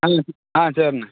ஆ ஆ சரிண்ணே